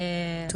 דיור חירום.